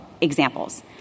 examples